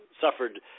suffered